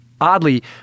oddly